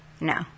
No